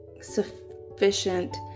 sufficient